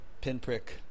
pinprick